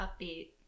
upbeat